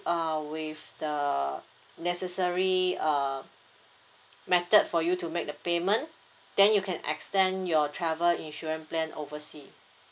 uh with the necessary uh method for you to make the payment then you can extend your travel insurance plan oversea